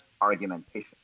argumentation